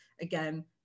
again